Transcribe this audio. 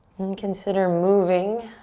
and consider moving